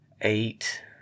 eight